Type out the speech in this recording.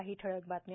काही ठळक बातम्या